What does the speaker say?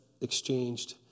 exchanged